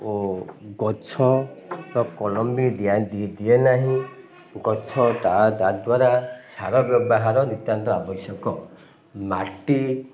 ଓ ଗଛର କଲମୀ ଦିଆ ଦିଏ ନାହିଁ ଗଛ ତା ତା ଦ୍ୱାରା ସାର ବ୍ୟବହାର ନିତ୍ୟାନ୍ତ ଆବଶ୍ୟକ ମାଟି